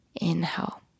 Inhale